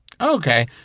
Okay